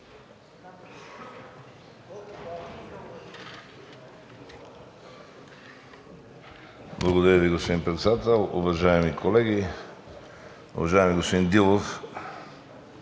Благодаря Ви, господин Председател. Уважаеми колеги! Уважаеми господин Дилов,